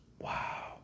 Wow